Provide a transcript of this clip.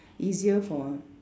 easier for